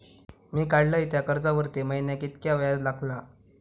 मी काडलय त्या कर्जावरती महिन्याक कीतक्या व्याज लागला?